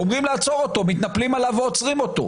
אומרים לעצור אותו, מתנפלים עליו ועוצרים אותו,